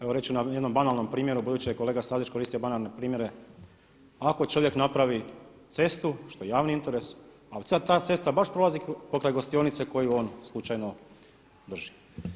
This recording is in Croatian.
Evo reći ću na jednom banalnom primjeru budući da je kolega Stazić koristio banalne primjere ako čovjek napravi cestu što je javni interes, a ta cesta baš prolazi pokraj gostionice koju on slučajno drži.